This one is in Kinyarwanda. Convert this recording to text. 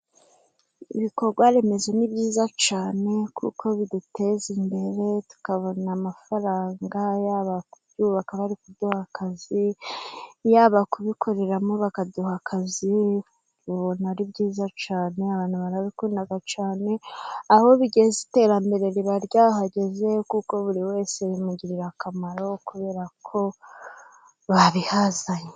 Ibikorwaremezo ni byiza cyane kuko biduteza imbere, tukabona amafaranga, yaba kubyubaka bari kuduha akazi , yaba kubikoreramo bakaduha akazi , ubona ari byiza cyane abantu barabikunda cyane . Aho bigeza iterambere riba ryahageze kuko buri wese bimugirira akamaro kubera ko babihazanye .